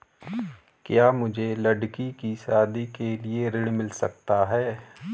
क्या मुझे लडकी की शादी के लिए ऋण मिल सकता है?